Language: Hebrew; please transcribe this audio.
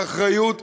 האחריות,